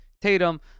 Tatum